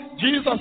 Jesus